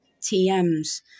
TMs